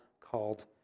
called